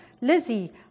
Lizzie